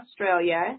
Australia